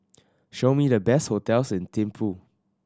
show me the best hotels in Thimphu